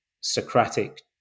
Socratic